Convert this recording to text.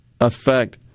affect